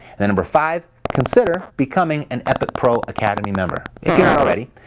ah number five, consider becoming an epic pro academy member, if you're not already.